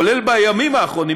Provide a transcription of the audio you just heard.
כולל בימים האחרונים,